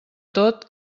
tot